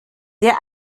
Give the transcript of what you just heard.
der